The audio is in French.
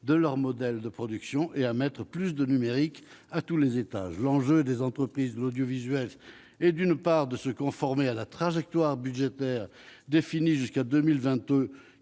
de leur modèle de production et à développer le numérique à tous les étages. L'enjeu pour les entreprises de l'audiovisuel public est, d'une part, de se conformer à la trajectoire budgétaire définie jusqu'en 2022,